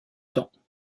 temps